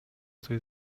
coś